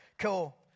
Cool